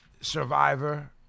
Survivor